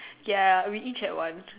ya already check once